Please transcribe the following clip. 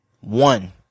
One